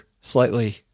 slightly